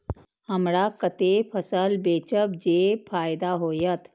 हमरा कते फसल बेचब जे फायदा होयत?